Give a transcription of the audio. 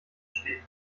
stehen